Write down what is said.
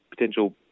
potential